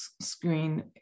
screen